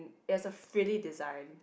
it has a frilly design